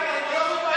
מה אתה מדבר?